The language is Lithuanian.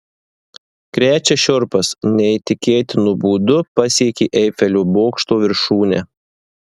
krečia šiurpas neįtikėtinu būdu pasiekė eifelio bokšto viršūnę